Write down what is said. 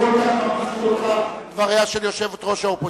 אם כל כך מרגיזים אותך דבריה של יושבת ראש האופוזיציה?